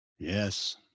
Yes